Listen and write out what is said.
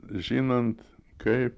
žinant kaip